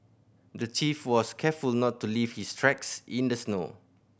the thief was careful not to leave his tracks in the snow